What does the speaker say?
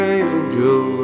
angel